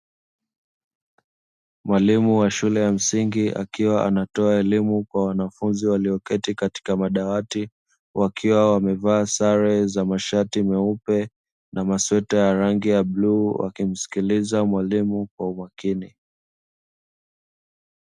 Mwalimu wa shule ya msingi akiwa anatoa elimu kwa wanafunzi walioketi katika madawati, wakiwa wameva sare za masweta meupe na mashati ya bluu wakimsikiliza mwalimu kwa makini.